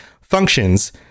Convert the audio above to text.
functions